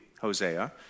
Hosea